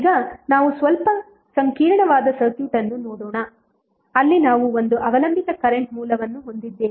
ಈಗ ನಾವು ಸ್ವಲ್ಪ ಸಂಕೀರ್ಣವಾದ ಸರ್ಕ್ಯೂಟ್ ಅನ್ನು ನೋಡೋಣ ಅಲ್ಲಿ ನಾವು ಒಂದು ಅವಲಂಬಿತ ಕರೆಂಟ್ ಮೂಲವನ್ನು ಹೊಂದಿದ್ದೇವೆ